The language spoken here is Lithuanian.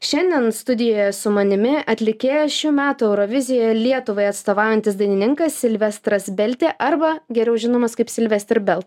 šiandien studijoje su manimi atlikėjas šių metų eurovizijoje lietuvai atstovaujantis dainininkas silvestras beltė arba geriau žinomas kaip silvestr bel